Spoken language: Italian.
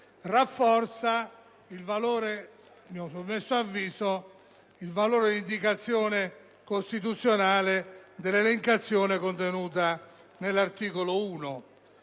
rafforza il valore di indicazione costituzionale dell'elencazione contenuta nell'articolo 1.